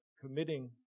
committing